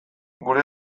gure